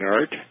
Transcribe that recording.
Art